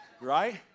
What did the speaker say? Right